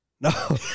No